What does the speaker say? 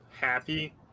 happy